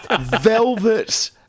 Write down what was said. Velvet